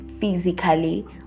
physically